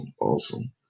awesome